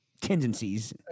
tendencies